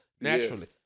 Naturally